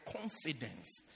confidence